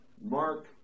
Mark